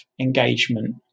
engagement